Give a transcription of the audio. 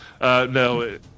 No